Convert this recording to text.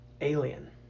alien